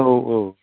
औ औ